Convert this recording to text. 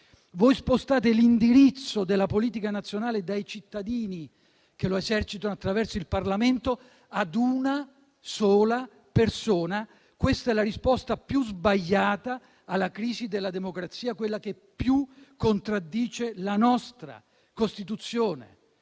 voi spostate l'indirizzo della politica nazionale dai cittadini, che la esercitano attraverso il Parlamento, ad una sola persona. Questa è la risposta più sbagliata alla crisi della democrazia, quella che più contraddice la nostra Costituzione.